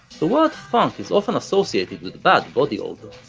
the word funk is often associated with bad body odor.